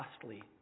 costly